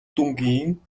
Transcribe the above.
дүнгийн